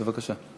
בבקשה.